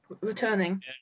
returning